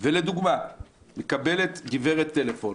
וגברת מקבלת טלפון